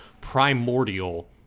primordial